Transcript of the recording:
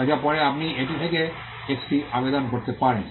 বা যা পারে আপনি এটি থেকে একটি আবেদন করতে পারেন